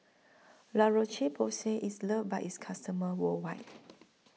La Roche Porsay IS loved By its customers worldwide